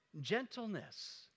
gentleness